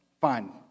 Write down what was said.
Fine